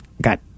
got